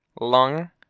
lung